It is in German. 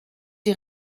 die